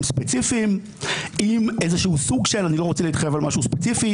ספציפיים עם איזשהו סוג של אני לא רוצה להתחייב על משהו ספציפי